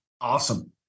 Awesome